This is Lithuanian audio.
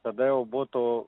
tada jau būtų